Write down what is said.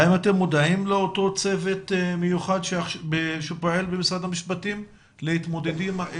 האם אתם מודעים לאותו צוות מיוחד שפועל במשרד המשפטים להתמודדות?